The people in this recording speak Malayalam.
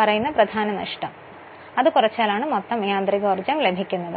പറയുന്ന പ്രധാന നഷ്ടം ഉൾപ്പെടുന്നു എന്നും അതു കുറച്ചാലാണ് മൊത്തം യാന്ത്രികോർജം ലഭിക്കുകയെന്നും ഓർക്കണം